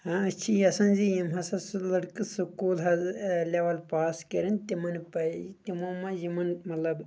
آ أسۍ چھ یژھان زِ یِم ہسا سُہ لٔڑکہٕ سکوٗل لیول پاس کرن تِمن پزِ تِمو منٛز یِمن مطلب